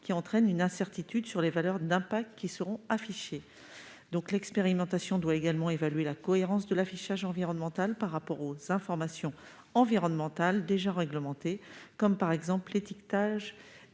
qui entraînent une incertitude sur les valeurs d'impact affichées. L'expérimentation doit également évaluer la cohérence de l'affichage environnemental par rapport aux informations environnementales déjà réglementées, comme l'étiquetage